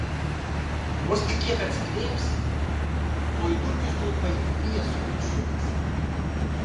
vos tik kiek atsikvėps tuoj dulkių stulpai viesulu sukasi